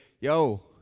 Yo